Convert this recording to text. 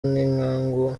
n’inkangu